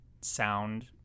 sound